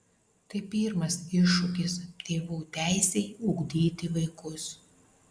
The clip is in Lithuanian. tai pirmas iššūkis tėvų teisei ugdyti vaikus